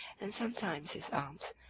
and sometimes his arms,